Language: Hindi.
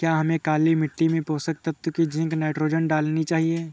क्या हमें काली मिट्टी में पोषक तत्व की जिंक नाइट्रोजन डालनी चाहिए?